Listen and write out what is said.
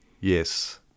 yes